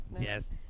Yes